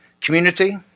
community